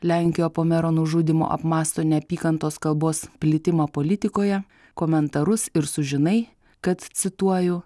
lenkija po mero nužudymo apmąsto neapykantos kalbos plitimą politikoje komentarus ir sužinai kad cituoju